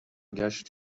ﮔﺸﺘﯿﻢ